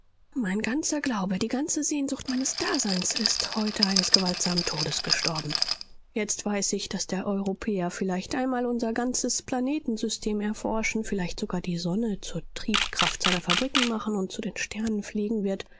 mein ganzer glaube die ganze sehnsucht meines daseins ist heute eines gewaltsamen todes gestorben jetzt weiß ich daß der europäer vielleicht einmal unser ganzes planetensystem erforschen vielleicht sogar die sonne zur triebkraft seiner fabriken machen und zu den sternen fliegen wird